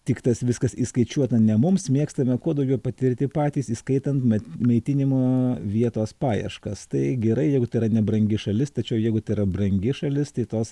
tik tas viskas įskaičiuota ne mums mėgstame kuo daugiau patirti patys įskaitant maitinimo vietos paieškas tai gerai jeigu tai yra nebrangi šalis tačiau jeigu tai yra brangi šalis tai tos